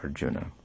Arjuna